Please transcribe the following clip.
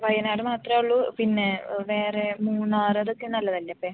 വയനാട് മാത്രമെ ഉള്ളു പിന്നെ വേറെ മൂന്നാറ് അതൊക്കെ നല്ലത് അല്ലേ എ